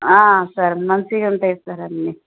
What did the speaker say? sir మంచిగ ఉంటాయి sir అన్నీ